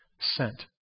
sent